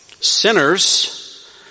Sinners